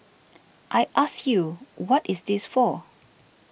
I ask you what is this for